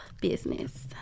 business